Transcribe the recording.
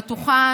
בבקשה,